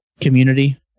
community